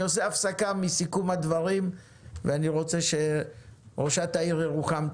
אני עושה הפסקה מסיכום הדברים ואני רוצה שראשת העיר ירוחם,